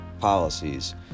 policies